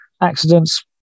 accidents